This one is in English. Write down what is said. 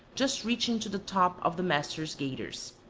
just reaching to the top of the master's gaiters.